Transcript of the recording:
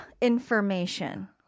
information